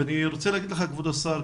ואני רוצה להגיד לך כבוד השר,